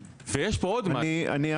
ויש פה עוד משהו -- חלילה,